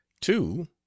two